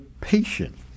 patient